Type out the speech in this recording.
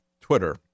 Twitter